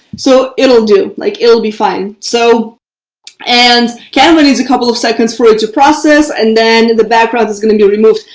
so it'll do like it'll be fine. so and canva needs a couple of seconds for it to process and then the background is going to be removed.